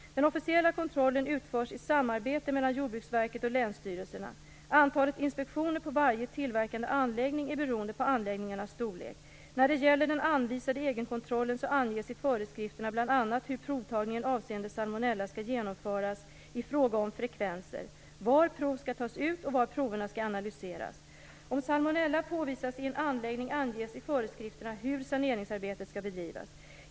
Den officiella kontrollen utförs i samarbete mellan Jordbruksverket och länsstyrelserna. Antalet inspektioner på varje tillverkande anläggning är beroende på anläggningarnas storlek. När det gäller den anvisade egenkontrollen anges i föreskrifterna bl.a. hur provtagningen avseende salmonella skall genomföras i fråga om frekvenser, var prover skall tas ut och var proverna skall analyseras. Om salmonella påvisas i en anläggning anges i föreskrifterna hur saneringsarbetet skall bedrivas.